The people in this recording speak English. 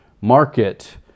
market